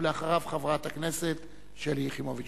ואחריו, חברת הכנסת שלי יחימוביץ.